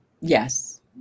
Yes